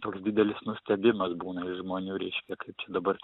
toks didelis nustebimas būna iš žmonių reiškia kad dabar